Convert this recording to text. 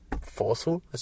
forceful